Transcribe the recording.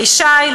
לישי,